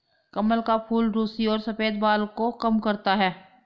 कमल का फूल रुसी और सफ़ेद बाल को कम करता है